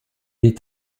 est